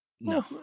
No